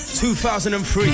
2003